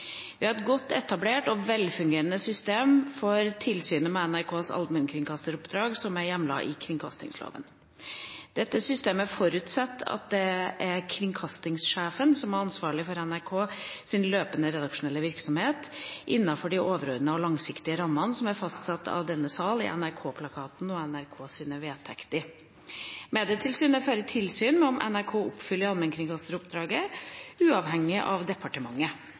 Vi har et godt etablert og velfungerende system for tilsyn med NRKs allmennkringkasteroppdrag, som er hjemlet i kringkastingsloven. Dette systemet forutsetter at det er kringkastingssjefen som er ansvarlig for NRKs løpende redaksjonelle virksomhet, innenfor de overordnede og langsiktige rammene som er fastsatt av denne sal i NRK-plakaten og NRKs vedtekter. Medietilsynet fører tilsyn med om NRK oppfyller allmennkringkasteroppdraget, uavhengig av departementet.